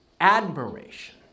admiration